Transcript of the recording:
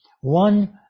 One